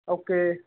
okay